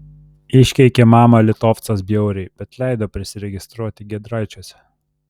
iškeikė mamą litovcas bjauriai bet leido prisiregistruoti giedraičiuose